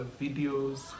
videos